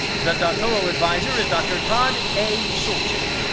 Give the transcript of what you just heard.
the doctoral adviser is dr. todd a. sulchek.